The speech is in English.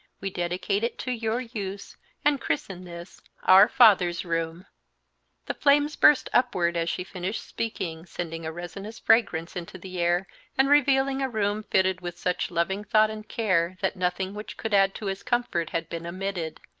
we dedicate it to your use and christen this our father's room the flames burst upward as she finished speaking, sending a resinous fragrance into the air and revealing a room fitted with such loving thought and care that nothing which could add to his comfort had been omitted.